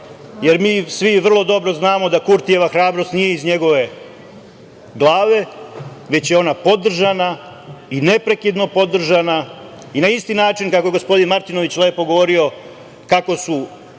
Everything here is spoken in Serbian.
jer mi svi vrlo dobro znamo da Kurtijeva hrabrost nije iz njegove glave, već je ona podržana i neprekidno podržavana, i na isti način kako je gospodin Martinović lepo govorio, kako su podržavani